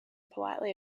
politely